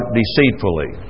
deceitfully